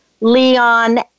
Leon